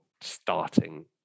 starting